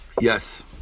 Yes